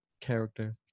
character